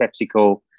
PepsiCo